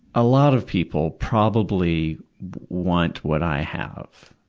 a lot of people probably want what i have.